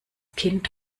kind